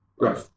Right